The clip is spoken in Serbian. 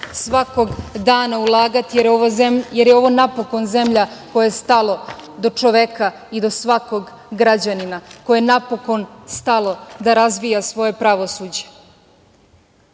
svakog dana ulagati, jer je ovo napokon zemlja kojoj je stalo do čoveka i do svakog građanina, kojoj je napokon stalo da razvija svoje pravosuđe. Ovo